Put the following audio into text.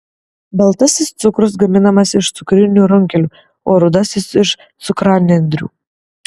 baltasis cukrus gaminamas iš cukrinių runkelių o rudasis iš cukranendrių